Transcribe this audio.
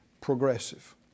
progressive